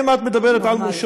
אם את מדברת על הכנס,